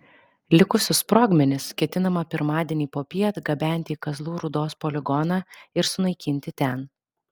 likusius sprogmenis ketinama pirmadienį popiet gabenti į kazlų rūdos poligoną ir sunaikinti ten